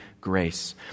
grace